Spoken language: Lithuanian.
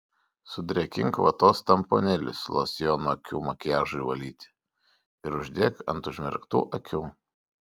sudrėkink vatos tamponėlius losjonu akių makiažui valyti ir uždėk ant užmerktų akių